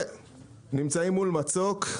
נמצאים מול מצוק.